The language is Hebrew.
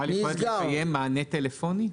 יהיה מענה טלפוני?